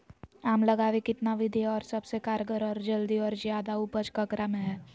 आम लगावे कितना विधि है, और सबसे कारगर और जल्दी और ज्यादा उपज ककरा में है?